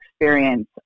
experience